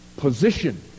position